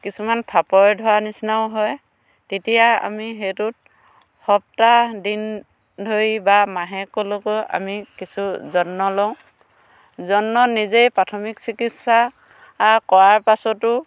কিছুমান ফাপৰে ধৰাৰ নিচিনাও হয় তেতিয়া আমি সেইটোত সপ্তাহ দিন ধৰি বা মাহেকলৈকো আমি কিছু যত্ন লওঁ যত্ন নিজেই প্ৰাথমিক চিকিৎসা কৰাৰ পাছতো